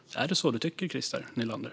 Är det så du tycker, Christer Nylander?